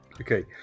Okay